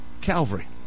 calvary